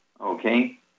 Okay